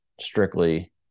strictly